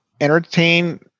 entertain